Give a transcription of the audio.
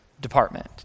department